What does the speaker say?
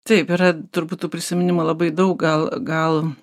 taip yra turbūt tų prisiminimų labai daug gal gal